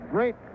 Great